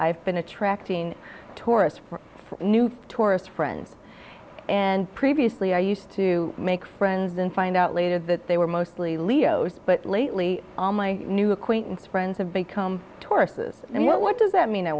i've been attracting tourists from new tourist friends and previously i used to make friends then find out later that they were mostly leos but lately all my new acquaintances friends have become tourists and what does that mean i